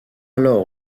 alors